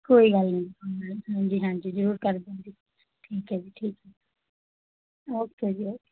ਕੋਈ ਗੱਲ ਨਹੀਂ ਜੀ ਕੋਈ ਗੱਲ ਨਹੀਂ ਹਾਂਜੀ ਹਾਂਜੀ ਜ਼ਰੂਰ ਕਰ ਦਿੰਦੇ ਠੀਕ ਹੈ ਜੀ ਠੀਕ ਹੈ ਓਕੇ ਜੀ ਓਕੇ